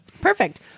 Perfect